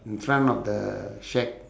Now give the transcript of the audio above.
in front of the shack